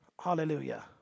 Hallelujah